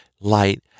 light